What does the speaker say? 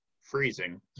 freezing